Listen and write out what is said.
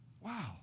Wow